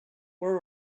were